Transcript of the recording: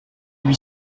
huit